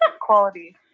Quality